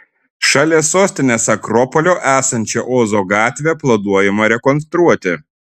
šalia sostinės akropolio esančią ozo gatvę planuojama rekonstruoti